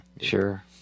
Sure